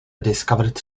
discovered